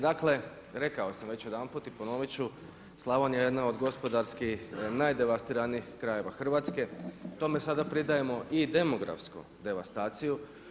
Dakle, rekao sam već jedanput i ponoviti ću, Slavonija je jedna od gospodarskih najdevastiranijih krajeva Hrvatske, tome sada pridajemo i demografsku devastaciju.